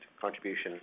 contribution